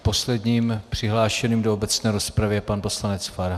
Posledním přihlášeným do obecné rozpravy je pan poslanec Farhan.